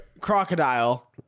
crocodile